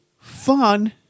fun